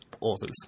authors